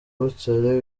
butare